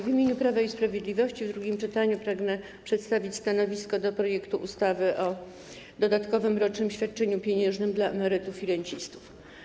W imieniu Prawa i Sprawiedliwości pragnę w drugim czytaniu przedstawić stanowisko co do projektu ustawy o dodatkowym rocznym świadczeniu pieniężnym dla emerytów i rencistów.